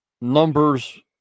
numbers